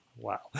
wow